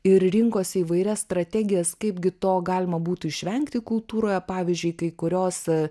ir rinkosi įvairias strategijas kaip gi to galima būtų išvengti kultūroje pavyzdžiui kai kurios